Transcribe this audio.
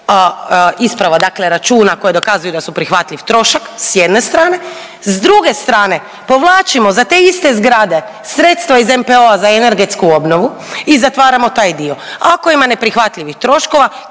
isprava, dakle računa koji dokazuju da su prihvatljiv trošak s jedne strane, s druge strane povlačimo za te iste zgrade sredstva iz NPOO-a za energetsku obnovu i zatvaramo taj dio, a ako ima neprihvatljivih troškova